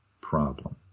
problem